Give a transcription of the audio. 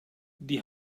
die